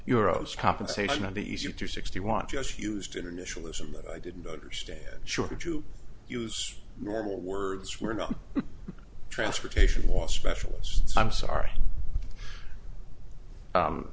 euros compensation of the easier to sixty want just used internationalism that i didn't understand short of to use normal words were not transportation was specials i'm sorry